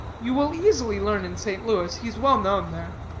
you will easily learn in st. louis. he is well known there.